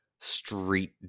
street